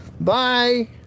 Bye